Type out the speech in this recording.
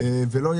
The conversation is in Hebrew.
שזה בעצם סוף השנה,